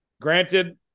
granted